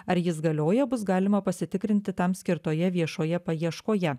ar jis galioja bus galima pasitikrinti tam skirtoje viešoje paieškoje